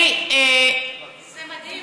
זה מדהים,